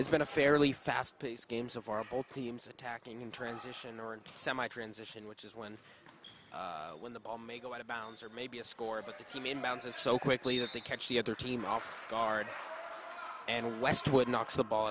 it's been a fairly fast paced games of horrible teams attacking in transition or in semi transition which is when when the ball may go out of bounds or maybe a score but the team in bounds it so quickly that they catch the other team off guard and westwood knocks the ball